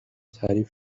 تعریف